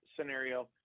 scenario